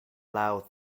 loud